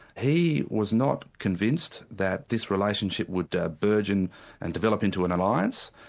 he was not convinced that this relationship would ah burgeon and develop into an alliance,